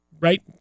Right